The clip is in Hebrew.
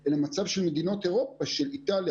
מדובר בכשבע שנים של התמחות, אין קיצורי דרך.